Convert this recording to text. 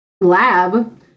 lab